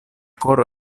koro